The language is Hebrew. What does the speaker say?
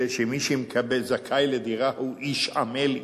שמי שזכאי לדירה הוא איש עמל,